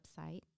website